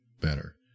better